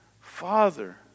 Father